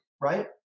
right